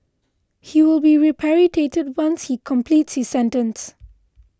he will be repatriated once he completes his sentence